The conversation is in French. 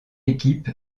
équipe